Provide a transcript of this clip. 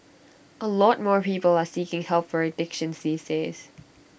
A lot more people are seeking help for addictions these days